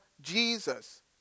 Jesus